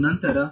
ಮತ್ತು ನಂತರ